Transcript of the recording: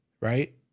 right